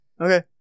Okay